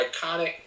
iconic